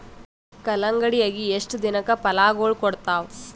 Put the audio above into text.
ಕಲ್ಲಂಗಡಿ ಅಗಿ ಎಷ್ಟ ದಿನಕ ಫಲಾಗೋಳ ಕೊಡತಾವ?